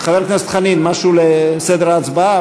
חבר הכנסת חנין, משהו על סדר ההצבעה?